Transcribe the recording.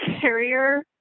carrier